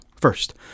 First